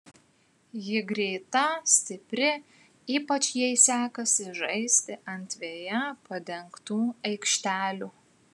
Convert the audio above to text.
ji greita stipri ypač jai sekasi žaisti ant veja padengtų aikštelių